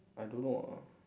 I don't know ah